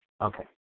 Okay